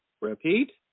Repeat